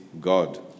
God